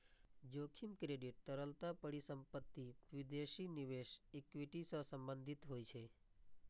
जोखिम क्रेडिट, तरलता, परिसंपत्ति, विदेशी निवेश, इक्विटी सं संबंधित होइ छै